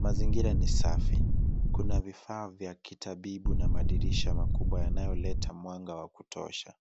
Mazingira ni safi. Kuna vifaa vya kitabibu na madirisha makubwa yanayoleta mwanga wa kutosha.